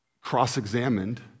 cross-examined